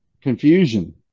Confusion